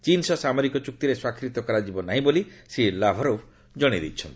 ଚୀନ୍ ସହ ସାମରିକ ଚୁକ୍ତିରେ ସ୍ୱାକ୍ଷରିତ କରାଯିବ ନାହିଁ ବୋଲି ଶ୍ରୀ ଲାଭ୍ରଭ୍ କହିଚ୍ଛନ୍ତି